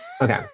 Okay